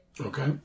Okay